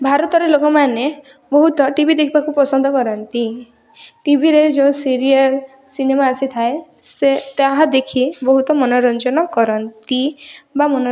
ଭାରତରେ ଲୋକମାନେ ବହୁତ ଟି ଭି ଦେଖିବାକୁ ପସନ୍ଦ କରନ୍ତି ଟିଭିରେ ଯେଉଁ ସିରିଏଲ୍ ସିନେମା ଆସିଥାଏ ସେ ତାହା ଦେଖି ବହୁତ ମନୋରଞ୍ଜନ କରନ୍ତି ବା ମନ